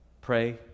Pray